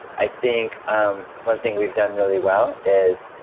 i think um one thing we've done really well is.